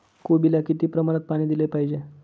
कोबीला किती प्रमाणात पाणी दिले पाहिजे?